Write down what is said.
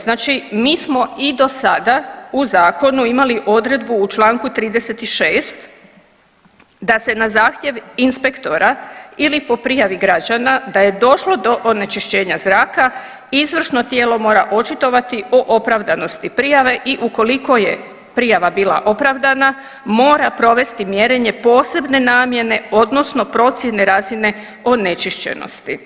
Znači mi smo i do sada u Zakonu imali odredbu u čl. 36 da se na zahtjev inspektora ili po prijavi građana da je došlo do onečišćenja zraka, izvršno tijelo mora očitovati o opravdanosti prijave i ukoliko je prijava bila opravdana, mora provesti mjerenje posebne namjene, odnosno procjene razine onečišćenosti.